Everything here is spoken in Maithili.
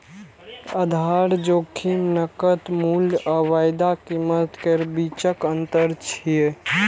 आधार जोखिम नकद मूल्य आ वायदा कीमत केर बीचक अंतर छियै